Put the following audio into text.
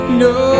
no